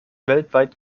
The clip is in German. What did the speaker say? weltweit